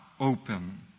open